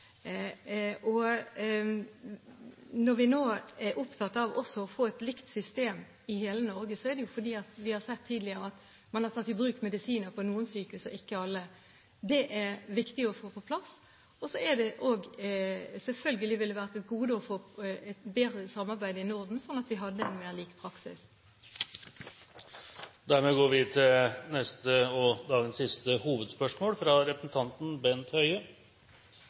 Når vi nå er opptatt av også å få et likt system i hele Norge, er det fordi vi har sett tidligere at man har tatt i bruk medisiner på noen sykehus, og ikke på alle. Det er viktig å få på plass. Selvfølgelig ville det også ha vært et gode å få et bedre samarbeid i Norden, slik at vi hadde en mer lik praksis. Da går vi til neste og dagens siste hovedspørsmål, fra representanten Bent Høie.